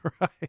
right